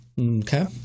Okay